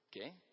okay